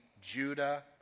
Judah